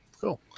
cool